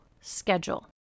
schedule